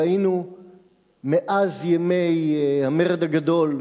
ראינו מאז ימי המרד הגדול,